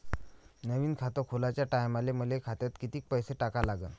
नवीन खात खोलाच्या टायमाले मले खात्यात कितीक पैसे टाका लागन?